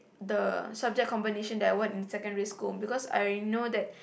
the subject combination I want in secondary school because I know that